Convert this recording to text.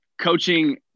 Coaching